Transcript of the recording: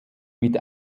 mit